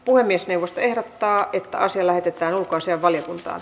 puhemiesneuvosto ehdottaa että asia lähetetään ulkoasiainvaliokuntaan